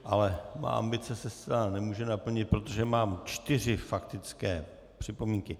Ale má ambice se zcela nemůže naplnit, protože mám čtyři faktické připomínky.